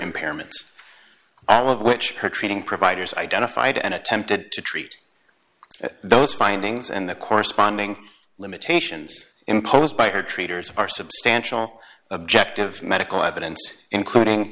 impairment all of which her treating providers identified and attempted to treat those findings and the corresponding limitations imposed by or treaters are substantial objective medical evidence including